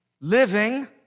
living